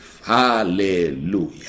Hallelujah